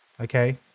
okay